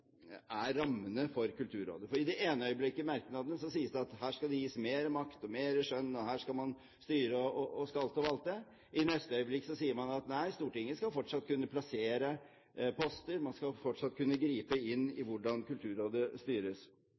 er rammene for Kulturrådet. I det ene øyeblikket i merknadene sies det at her skal det gis mer makt og mer skjønn, og her skal man styre og skalte og valte. I neste øyeblikk sier man at nei, Stortinget skal fortsatt kunne plassere poster, man skal fortsatt kunne gripe inn i hvordan Kulturrådet styres.